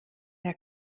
der